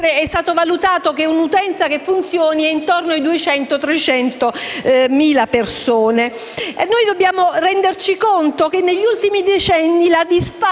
è stato stimato che un'utenza che funzioni è intorno alle 200.000-300.000 persone. Noi dobbiamo renderci conto che negli ultimi decenni la disfatta